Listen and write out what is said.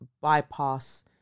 bypass